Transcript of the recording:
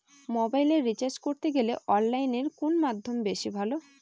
মোবাইলের রিচার্জ করতে গেলে অনলাইনে কোন মাধ্যম বেশি ভালো?